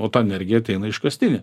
o ta energija ateina iškastinė